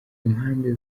impande